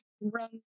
run